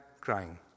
crying